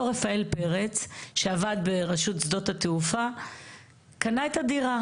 אותו רפאל פרץ שעבד ברשות שדות התעופה קנה את הדירה.